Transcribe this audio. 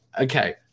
okay